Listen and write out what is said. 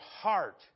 heart